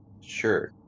sure